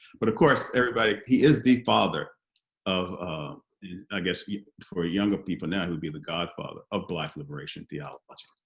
but of course everybody. he is the father of i guess for younger people now he would be the godfather of black liberation theology.